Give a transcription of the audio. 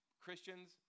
Christians